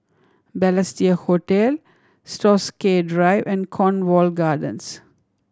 Balestier Hotel Stokesay Drive and Cornwall Gardens